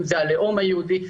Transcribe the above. הלאום היהודי,